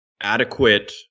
adequate